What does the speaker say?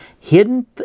hidden